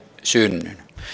synnyn